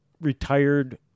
retired